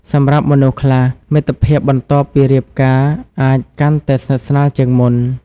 សម្រាប់មនុស្សខ្លះ មិត្តភាពបន្ទាប់ពីរៀបការអាចកាន់តែស្និទ្ធស្នាលជាងមុន។